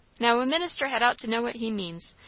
now, a minister had ought to know what he means,